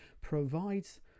provides